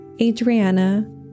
Adriana